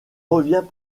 revient